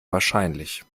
wahrscheinlich